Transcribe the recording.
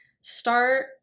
start